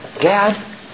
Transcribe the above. Dad